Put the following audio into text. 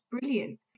brilliant